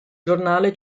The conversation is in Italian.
giornale